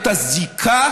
את הזיקה,